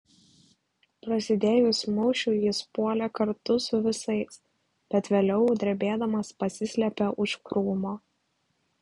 prasidėjus mūšiui jis puolė kartu su visais bet vėliau drebėdamas pasislėpė už krūmo